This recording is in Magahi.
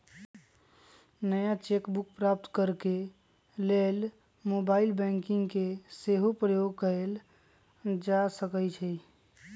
नया चेक बुक प्राप्त करेके लेल मोबाइल बैंकिंग के सेहो प्रयोग कएल जा सकइ छइ